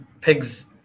pigs